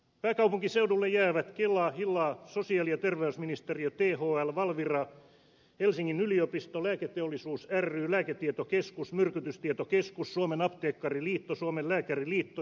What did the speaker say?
pääkaupunkiseudulle jäävät kela hila sosiaali ja terveysministeriö thl valvira helsingin yliopisto lääketeollisuus ry lääketietokeskus myrkytystietokeskus suomen apteekkariliitto suomen lääkäriliitto ja niin edelleen